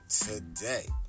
today